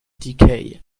decay